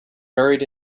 buried